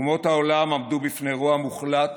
אומות העולם עמדו בפני אירוע מוחלט